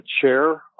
chair